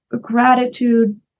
gratitude